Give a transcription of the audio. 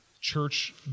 church